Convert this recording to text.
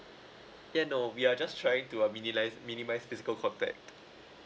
ya no we're just trying to uh minimise minimise physical contact